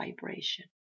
vibration